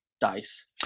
dice